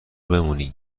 بمونی